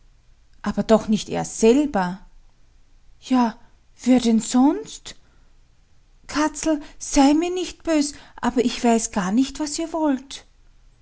aber doch nicht er selber ja wer denn sonst katzel sei mir nicht bös aber ich weiß gar nicht was ihr wollt